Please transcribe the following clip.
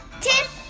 Tip